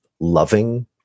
loving